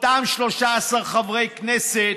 אותם 13 חברי כנסת,